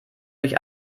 durch